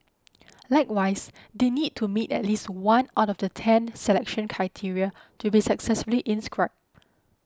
likewise they need to meet at least one out of the ten selection criteria to be successfully inscribed